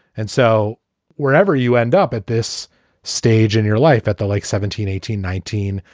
and so wherever you end up at this stage in your life at the like seventeen, eighteen, nineteen,